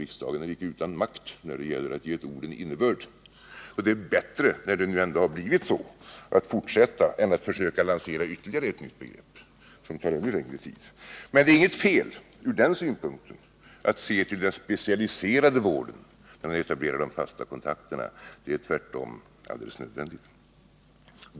Riksdagen är inte utan makt när det gäller att ge ett ord en innebörd, och det är bättre — när det nu ändå har blivit så — att fortsätta med det begreppet än att försöka lansera ytterligare ett begrepp, vilket tar ännu längre tid. Det är inget fel att se till den specialiserade vården när man etablerar de fasta kontakterna; det är tvärtom alldeles nödvändigt.